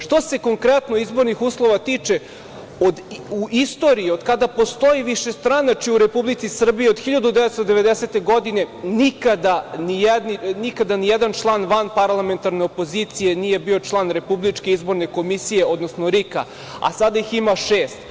Što se konkretno izbornih uslova tiče, u istoriji od kada postoji višestranačje u Republici Srbiji, od 1990. godine nikada ni jedan član vanparlamentarne opozicije nije bio član Republičke izborne komisije, odnosno RIK-a, a sada ih ima šest.